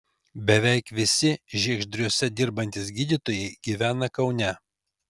beveik visi žiegždriuose dirbantys gydytojai gyvena kaune